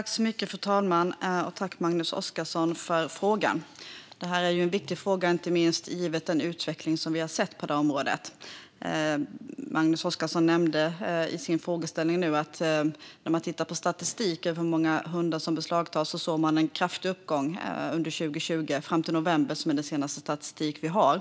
Fru talman! Tack, Magnus Oscarsson, för frågan! Det här är en viktig fråga inte minst givet den utveckling som vi har sett på området. Magnus Oscarsson nämnde i sin frågeställning att när man tittar på statistik över hur många hundar som beslagtas ser man en kraftig uppgång under 2020 fram till november - det är den senaste statistik vi har.